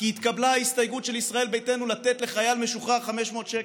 כי התקבלה הסתייגות של ישראל ביתנו לתת לחייל משוחרר 500 שקל.